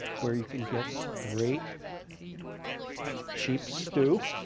where you can get great sheep stew